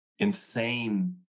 insane